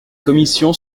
commission